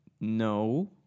no